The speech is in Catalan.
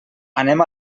anem